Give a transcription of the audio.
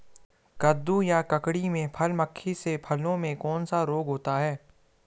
कद्दू या ककड़ी में फल मक्खी से फलों में कौन सा रोग होता है?